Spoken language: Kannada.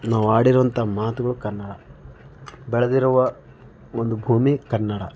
ನಾವು ಆಡಿರುವಂತಹ ಮಾತುಗಳು ಕನ್ನಡ ಬೆಳೆದಿರುವ ಒಂದು ಭೂಮಿ ಕನ್ನಡ